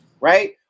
right